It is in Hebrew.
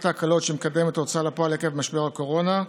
ההקלות שמקדמת ההוצאה לפועל עקב משבר הקורונה,